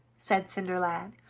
said cinderlad,